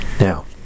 Now